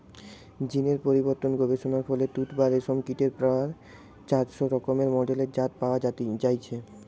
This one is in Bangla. জীন এর পরিবর্তন গবেষণার ফলে তুত বা রেশম কীটের প্রায় চারশ রকমের মেডেলের জাত পয়া যাইছে